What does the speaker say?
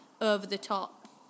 over-the-top